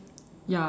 ya